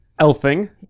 elfing